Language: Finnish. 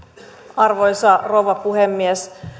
arvoisa rouva puhemies